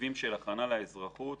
רכיבים של הכנה לאזרחות.